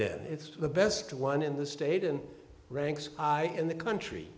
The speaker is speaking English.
then it's the best one in the state and ranks i in the country